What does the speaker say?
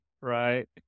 right